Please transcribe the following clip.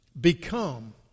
become